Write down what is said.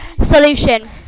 Solution